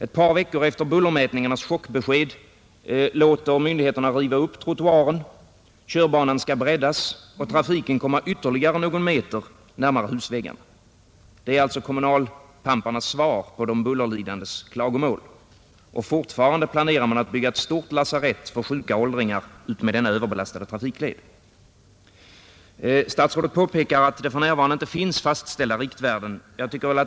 Ett par veckor efter bullermätningarnas chockbesked låter myndigheterna riva upp trottoaren, körbanan skall breddas och trafiken kommer ytterligare någon meter närmare husväggarna. Det är alltså kommunalpamparnas svar på de bullerlidandes klagomål. Och fortfarande planerar man att bygga ett stort lasarett för sjuka åldringar utmed denna överbelastade trafikled. Statsrådet säger att det för närvarande inte finns några fastställda riktvärden.